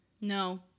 No